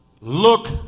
look